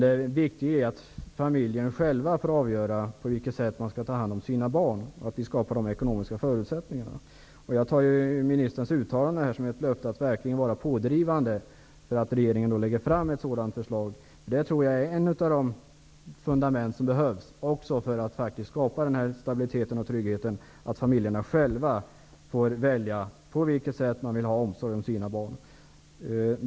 Det viktiga är att familjen själv får avgöra på vilket sätt den skall ta hand om sina barn och att vi skapar ekonomiska förutsättningar för det. Jag tar ministerns uttalande som ett löfte att verkligen vara pådrivande så att regeringen lägger fram ett sådant förslag. Jag tror att det är ett av de fundament som behövs för att skapa stabilitet och trygghet. Familjerna bör själva få välja på vilket sätt de vill ha omsorg om sina barn.